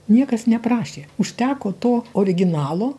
niekas neprašė užteko to originalo